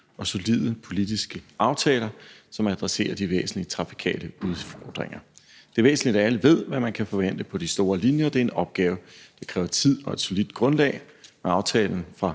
og solide politiske aftaler, som adresserer de væsentlige trafikale udfordringer. Det er væsentligt, at alle ved, hvad man kan forvente på de store linjer; det er en opgave, der kræver tid og et solidt grundlag. Med aftalen fra